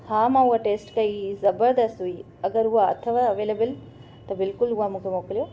हा मां उहा टेस्ट कई ज़बरदस्त हुई अगरि उहा अथव अवेलेबिल त बिल्कुलु उहा मूंखे मोकिलियो